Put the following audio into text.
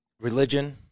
religion